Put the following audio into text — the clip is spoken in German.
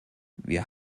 wir